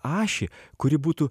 ašį kuri būtų